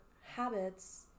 habits